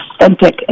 authentic